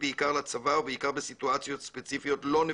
בעיקר לצבא ובעיקר בסיטואציות ספציפיות לא נפוצות.